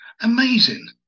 amazing